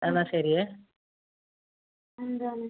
എന്നാൽ ശരിയേ